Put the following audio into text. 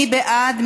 מי בעד?